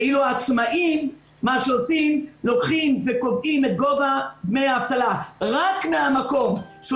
ואילו לגבי העצמאים קובעים את גובה דמי האבטלה רק מהמקום שהוא